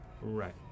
Right